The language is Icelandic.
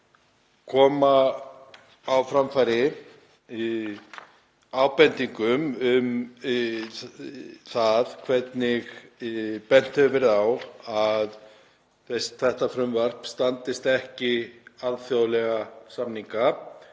koma á framfæri ábendingum um það hvernig bent hefur verið á að frumvarpið standist ekki alþjóðlega samninga